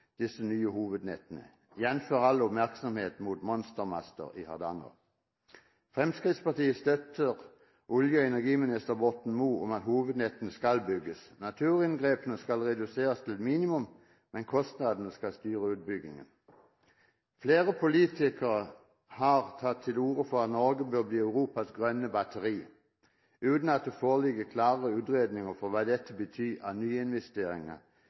nye hovednettene, jf. all oppmerksomheten mot monstermaster i Hardanger. Fremskrittspartiet støtter olje- og energiminister Borten Moe i at hovednettene skal bygges. Naturinngrepene skal reduseres til et minimum, men kostnadene skal styre utbyggingene. Flere politikere har tatt til orde for at Norge bør bli Europas grønne batteri, uten at det foreligger klare utredninger om hva dette vil bety av